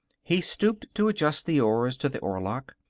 he stooped to adjust the oars to the oarlocks.